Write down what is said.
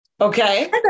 okay